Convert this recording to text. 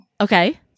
Okay